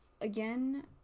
again